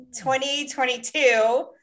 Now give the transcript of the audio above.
2022